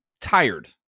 tired